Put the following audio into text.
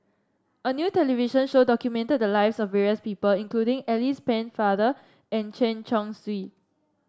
a new television show documented the lives of various people including Alice Pennefather and Chen Chong Swee